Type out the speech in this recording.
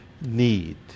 need